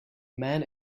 man